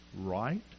right